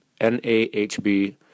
NAHB